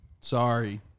Sorry